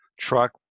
truck